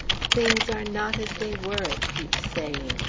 things are not as they were! it keeps saying.